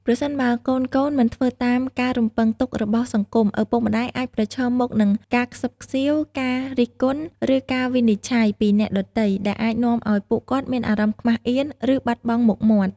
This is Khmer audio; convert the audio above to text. ប្រសិនបើកូនៗមិនធ្វើតាមការរំពឹងទុករបស់សង្គម ឪពុកម្ដាយអាចប្រឈមមុខនឹង ការខ្សឹបខ្សៀវ ការរិះគន់ ឬការវិនិច្ឆ័យ ពីអ្នកដទៃ ដែលអាចនាំឲ្យពួកគាត់មានអារម្មណ៍ខ្មាសអៀន ឬបាត់បង់មុខមាត់។